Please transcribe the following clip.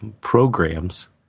programs